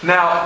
Now